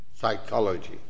psychology